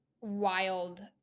wild